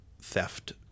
theft